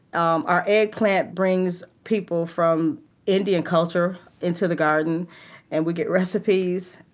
um our eggplant brings people from indian culture into the garden and we get recipes.